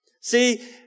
See